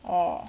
orh